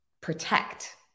protect